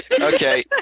Okay